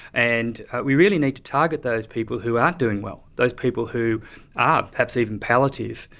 and we really need to target those people who aren't doing well, those people who are perhaps even palliative,